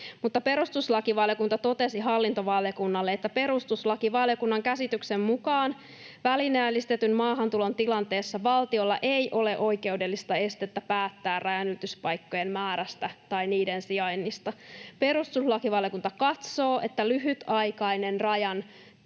perustuslakivaliokunta totesi hallintovaliokunnalle, että perustuslakivaliokunnan käsityksen mukaan välineellistetyn maahantulon tilanteessa valtiolla ei ole oikeudellista estettä päättää rajanylityspaikkojen määrästä tai niiden sijainnista. Perustuslakivaliokunta katsoo, että lyhytaikainen rajan täyssulku